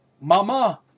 Mama